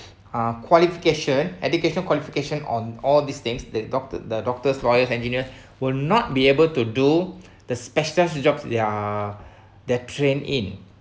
ah qualification education qualification on all these things that doctor the doctors lawyers engineers will not be able to do the specials jobs they're they're trained in